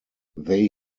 they